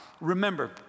Remember